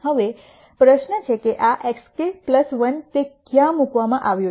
હવે પ્રશ્ન છે કે આ xk 1 તે ક્યાં મૂકવામાં આવ્યો છે